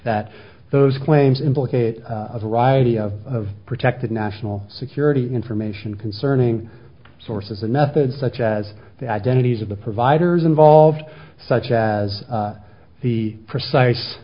that those claims implicate a variety of protected national security information concerning sources and methods such as the identities of the providers involved such as the precise